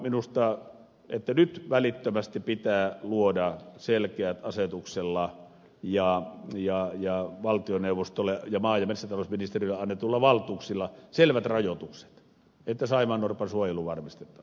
minusta pitää nyt välittömästi luoda asetuksella ja valtioneuvostolle ja maa ja metsätalousministeriölle annetuilla valtuuksilla selvät rajoitukset että saimaannorpan suojelu varmistetaan